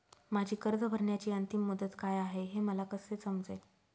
माझी कर्ज भरण्याची अंतिम मुदत काय, हे मला कसे समजेल?